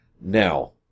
Now